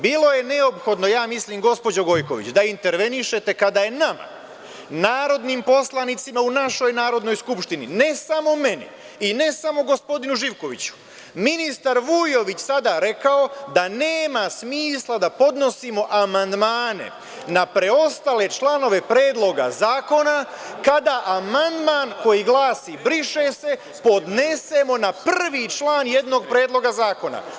Bilo je neophodno, ja mislim gospođo Gojković, da intervenišete kada je nama, narodnim poslanicima u našoj Narodnoj skupštini, ne samo meni i ne samo gospodinu Živkoviću ministar Vujović sada rekao da nema smisla da podnosimo amandmane na preostale članove predloga zakona kada amandman koji glasi – briše se, podnesemo na prvi član jednog predloga zakona.